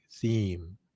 theme